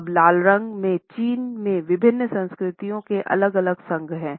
अब लाल रंग के चीन में विभिन्न संस्कृतियों के अलग अलग संघ हैं